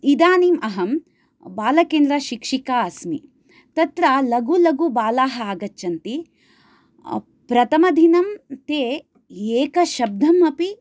इदानीम् अहं बालकेन्द्रशिक्षिका अस्मि तत्र लघु लघु बालाः आगच्छन्ति प्रथमदिनं ते एकशब्दम् अपि